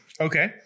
Okay